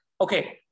Okay